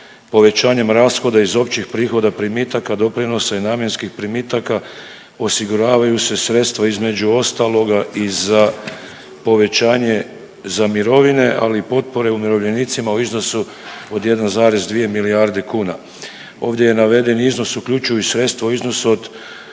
povećanjem rashoda iz općih prihoda primitaka, doprinosa i namjenskih primitaka osiguravaju se sredstva između ostaloga i za povećanje za mirovine, ali i potpore umirovljenicima u iznosu od 1,2 milijarde kuna. Ovdje navedeni iznos uključuju i sredstva u iznosu od